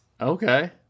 Okay